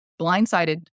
blindsided